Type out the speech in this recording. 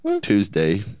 Tuesday